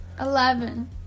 Eleven